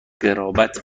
قرابت